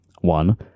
One